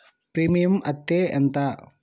Premium అత్తే ఎంత?